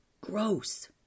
gross